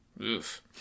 Oof